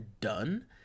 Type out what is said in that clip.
done